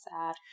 sad